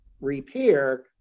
repair